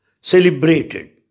celebrated